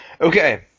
Okay